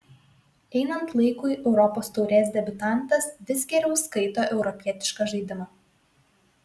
einant laikui europos taurės debiutantas vis geriau skaito europietišką žaidimą